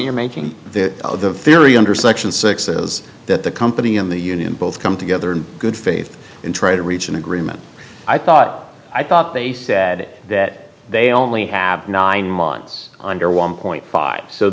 you're making that the theory under section six is that the company and the union both come together in good faith and try to reach an agreement i thought i thought they said that they only have nine mines under one point five so